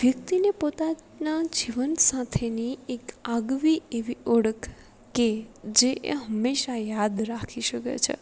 વ્યક્તિને પોતાના જીવન સાથેની એક આગવી એવી ઓળખ કે જે એ હંમેશા યાદ રાખી શકે છે